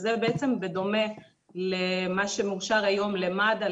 שזה בעצם לדומה למה שמאושר היום למד"א,